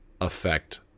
affect